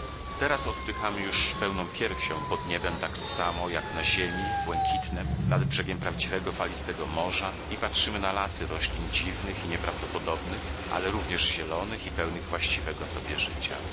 teraz oddychamy już pełną piersią pod niebem tak samo jak na ziemi błękitnem nad brzegiem prawdziwego falistego morza i patrzymy na lasy roślin dziwnych i nieprawdopodobnych ale również zielonych i pełnych właściwego sobie życia